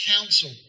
counsel